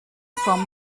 from